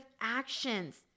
actions